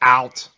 out